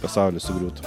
pasaulis sugriūtų